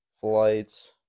flights